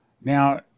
Now